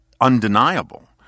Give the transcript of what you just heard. undeniable